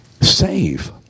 save